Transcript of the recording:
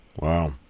Wow